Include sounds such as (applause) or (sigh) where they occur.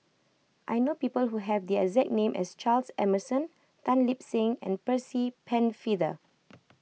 I know people who have the exact name as Charles Emmerson Tan Lip Seng and Percy Pennefather (noise)